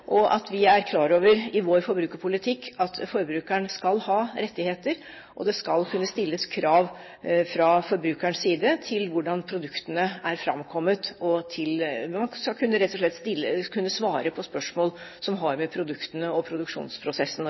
og at vi er klar på i vår forbrukerpolitikk at forbrukeren skal ha rettigheter. Det skal fra forbrukerens side kunne stilles krav om å få vite hvordan produktene er framkommet – man skal rett og slett kunne svare på spørsmål som har med produktene og